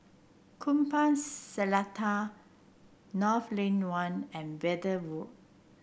Kupang Seletar North Lane One and Verde Walk